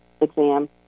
exam